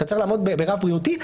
אתה צריך לעמוד ברף בריאותי,